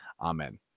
Amen